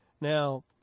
Now